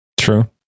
true